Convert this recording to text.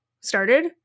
started